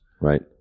Right